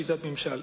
שיטת ממשל.